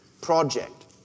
project